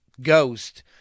ghost